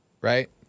right